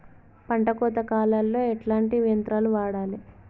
పంట కోత కాలాల్లో ఎట్లాంటి యంత్రాలు వాడాలే?